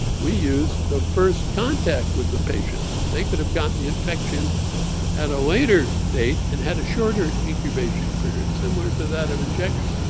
we used the first contact with the patient, they could have gotten the infection at a later date and had a shorter incubation period, similar to that of injection.